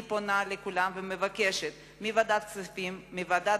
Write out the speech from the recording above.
אני פונה לכולם ומבקשת מוועדת הכספים ומוועדת